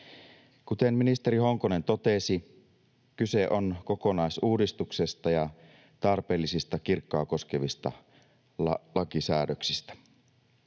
Kuten ministeri Honkonen totesi, kyse on kokonaisuudistuksesta ja tarpeellisista kirkkoa koskevista lakisäädöksistä.